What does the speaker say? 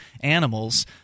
animals